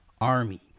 army